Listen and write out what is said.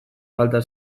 falta